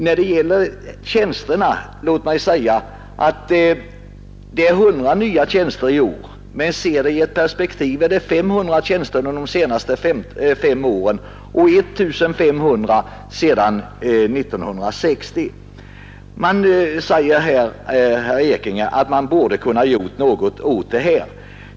Låt mig sedan om tjänsterna säga att det är 100 nya tjänster i år, men ser man det i perspektiv finner man att det är 500 nya tjänster under de senaste fem åren och 1 500 sedan 1960. Herr Ekinge säger att man borde ha kunnat göra något åt problemen.